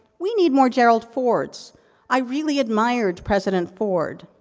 we need more gerald fords i really admired president ford.